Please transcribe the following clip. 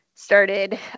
Started